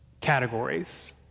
categories